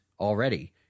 already